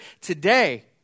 today